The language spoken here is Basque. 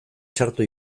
txarto